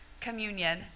communion